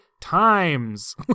times